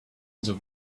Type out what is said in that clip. oceans